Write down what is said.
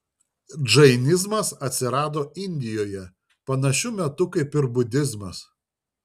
džainizmas atsirado indijoje panašiu metu kaip ir budizmas